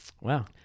Wow